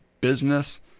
business